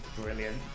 brilliant